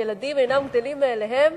וילדים אינם גדלים מאליהם,